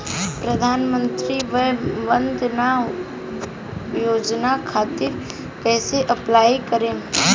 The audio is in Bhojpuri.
प्रधानमंत्री वय वन्द ना योजना खातिर कइसे अप्लाई करेम?